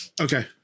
Okay